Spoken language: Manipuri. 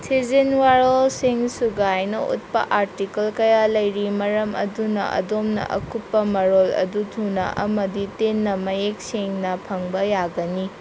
ꯊꯤꯖꯤꯟ ꯋꯥꯔꯣꯜꯁꯤꯡ ꯁꯨꯒꯥꯏꯅ ꯎꯠꯄ ꯑꯥꯔꯇꯤꯀꯜ ꯀꯌꯥ ꯂꯩꯔꯤ ꯃꯔꯝ ꯑꯗꯨꯅ ꯑꯗꯣꯝꯅ ꯑꯀꯨꯞꯄ ꯃꯔꯣꯜ ꯑꯗꯨ ꯊꯨꯅ ꯑꯃꯗꯤ ꯇꯦꯟꯅ ꯃꯌꯦꯛ ꯁꯦꯡꯅ ꯐꯪꯕ ꯌꯥꯒꯅꯤ